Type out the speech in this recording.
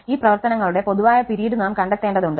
ഈ പ്രവർത്തനങ്ങളുടെ പൊതുവായ പിരീഡ് നാം കണ്ടെത്തേണ്ടതുണ്ട്